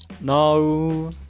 no